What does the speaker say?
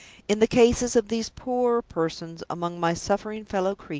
in the cases of these poorer persons among my suffering fellow creatures,